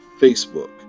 Facebook